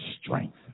strength